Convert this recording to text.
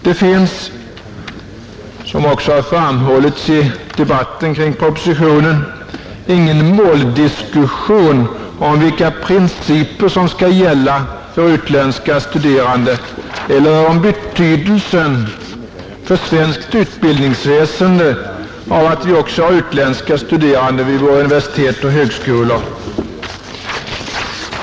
Det finns, som också har framhållits i debatten kring propositionen, ingen måldiskussion om vilka principer som skall gälla för utländska studerande eller om betydelsen för svenskt utbildningsväsende av att vi också har utländska studerande vid våra universitet och högskolor.